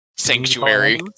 Sanctuary